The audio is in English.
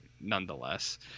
nonetheless